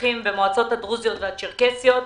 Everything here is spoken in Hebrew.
אזרחים במועצות הדרוזיות והצ'רקסיות.